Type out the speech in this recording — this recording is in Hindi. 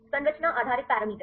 संरचना आधारित पैरामीटर